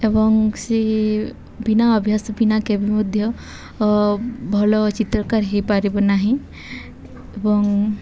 ଏବଂ ସେ ବିନା ଅଭ୍ୟାସ ବିନା କେବେ ମଧ୍ୟ ଭଲ ଚିତ୍ରକାର ହେଇପାରିବ ନାହିଁ ଏବଂ